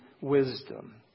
wisdom